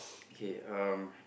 okay um